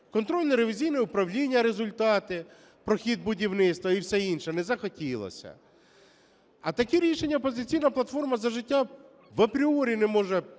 контрольно-ревізійного управління результати про хід будівництва і все інше. Не захотілося. А такі рішення "Опозиційна платформа – За життя" апріорі не може підтримувати